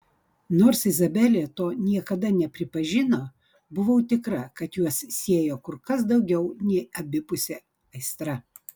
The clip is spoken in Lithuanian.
nors izabelė to niekada nepripažino buvau tikra kad juos siejo kur kas daugiau nei abipusė aistra